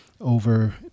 over